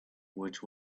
which